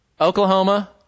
Oklahoma